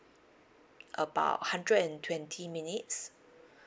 about hundred and twenty minutes